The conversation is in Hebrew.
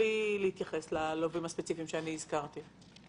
מבלי להתייחס ללווים הספציפיים שהזכרתי?